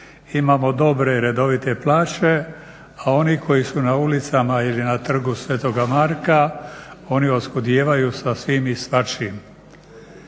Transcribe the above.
imamo dobre i redovite plaće a oni koji su na ulicama ili na Trgu Svetoga Marka oni oskudijevaju sa svim i svačim.